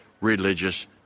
religious